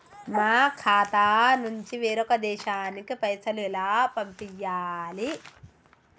మా ఖాతా నుంచి వేరొక దేశానికి పైసలు ఎలా పంపియ్యాలి?